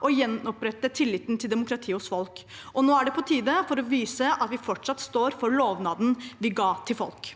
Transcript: og gjenopprette folks tillit til demokratiet. Nå er det på tide å vise at vi fortsatt står for lovnaden vi ga til folk.